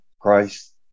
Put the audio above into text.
Christ